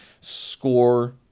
score